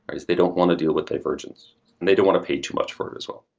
is they don't want to deal with divergence and they don't want to pay too much for it as well.